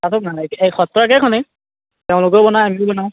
তাতে মানে কি এই সত্ৰ একেখনেই তেওঁলোকেও বনাই আমিও বনাওঁ